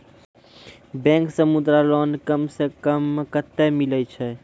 Bank से Mudra loan कम सऽ कम कतैय मिलैय छै?